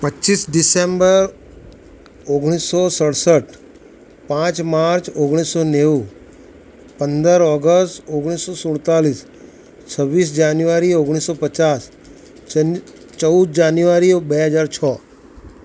પચ્ચીસ ડિસેમ્બર ઓગણીસસો સડસઠ પાંચ માર્ચ ઓગણીસસો નેવું પંદર ઓગસ્ટ ઓગણીસસો સુડતાલીસ છવ્વીસ જાન્યુઆરી ઓગણીસસો પચાસ ચૌદ જાન્યુઆરી બે હજાર છ